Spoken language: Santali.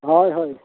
ᱦᱳᱭ ᱦᱳᱭ